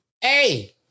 Hey